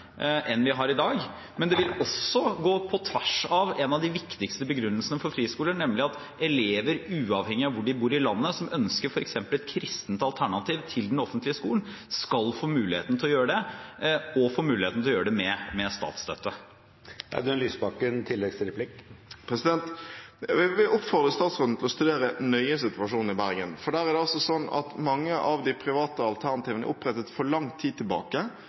enn det vi har i dag, men det vil også gå på tvers av en av de viktigste begrunnelsene for friskoler, nemlig at elever, uavhengig av hvor de bor i landet, som ønsker f.eks. et kristent alternativ til den offentlige skolen, skal få muligheten til det og få muligheten til det med statsstøtte. Jeg vil oppfordre statsråden til å studere nøye situasjonen i Bergen. Der er det sånn at mange av de private alternativene er opprettet for lang tid tilbake,